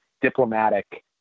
diplomatic